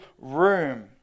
room